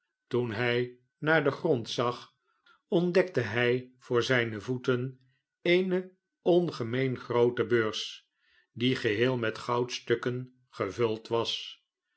toen hij naar den grond zag ontdekte hij voor zijne voeten eene ongemeen groote beurs die geheel met goudstukken gevuld was